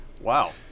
wow